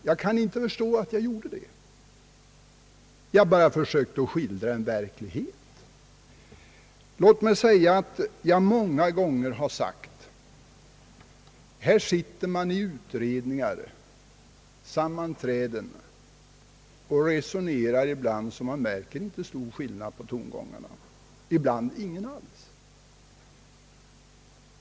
Jag kan inte förstå att någon kan anse att jag nu gjorde det. Jag försökte bara skildra en verklighet. Jag har många gånger sagt, att här sitter vi i utredningar eller sammanträden och resonerar på ett sådant sätt, att man ibland inte märker stor skillnad på tongångarna — ibland märks ingen skillnad alls.